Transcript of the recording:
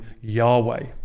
Yahweh